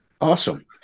Awesome